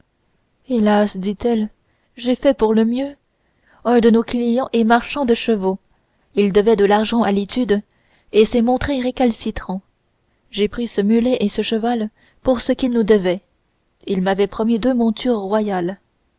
hélas dit-elle j'ai fait pour le mieux un de nos clients est marchand de chevaux il devait de l'argent à l'étude et s'est montré récalcitrant j'ai pris ce mulet et ce cheval pour ce qu'il nous devait il m'avait promis deux montures royales